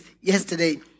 Yesterday